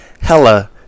hella